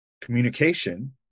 Communication